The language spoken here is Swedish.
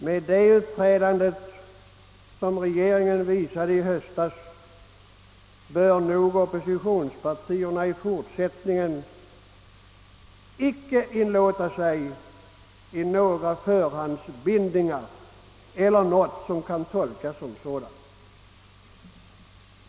Med det uppträdande som regeringen visade i höstas bör nog oppositionspartierna i fortsättningen inte inlåta sig i några för handsbindningar eller någonting som kan tolkas som sådana.